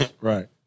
Right